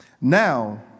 Now